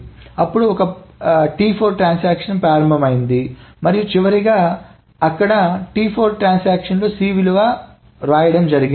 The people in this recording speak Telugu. అప్పుడు ఒక ప్రారంభం T4 ఉంది మరియు చివరగా అక్కడ వ్రాయడం T4 C 7 2 ఉంది